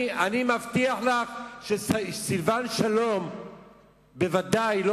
אני מבטיח לך שסילבן שלום בוודאי לא